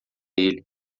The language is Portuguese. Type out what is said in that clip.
ele